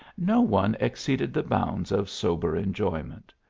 no one exceeded the bounds of sober enjoyment.